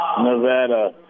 Nevada